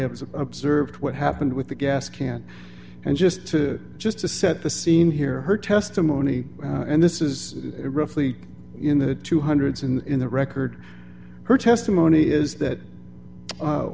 have observed what happened with the gas can and just to just to set the scene here her testimony and this is roughly in the two hundreds in the record her testimony is that